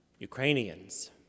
Ukrainians